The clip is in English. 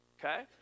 Okay